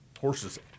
Horses